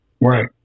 right